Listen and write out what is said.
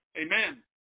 Amen